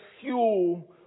fuel